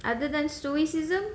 other than stoicism